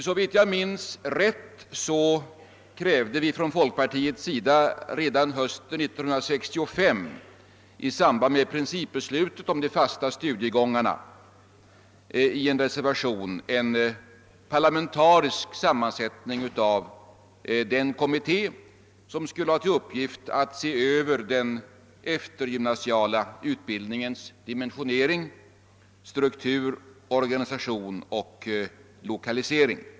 Såvitt jag minns rätt krävde vi inom folkpartiet i en reservation redan hösten 1965 i samband med principbeslutet om de fasta studiegångarna en parlamentarisk sammansättning av den kommitté, som skulle ha till uppgift att utreda den eftergymnasiala utbildningens dimensionering, struktur, organisation och lokalisering.